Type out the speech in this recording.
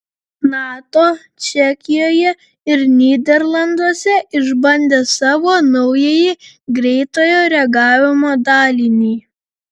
nato čekijoje ir nyderlanduose išbandė savo naująjį greitojo reagavimo dalinį